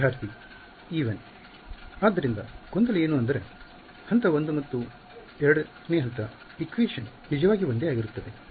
ವಿದ್ಯಾರ್ಥಿ ಇ 1 ಆದ್ದರಿಂದ ಗೊಂದಲ ಎನು ಅಂದರೆ ಹಂತ 1 ಮತ್ತು ಹಂತ 2 ಕ್ಕೆ ಇಕ್ವೇಷನ್ ನಿಜವಾಗಿ ಒಂದೇ ಆಗಿರುತ್ತದೆ